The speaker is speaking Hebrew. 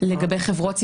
לגבי חברות ציבוריות.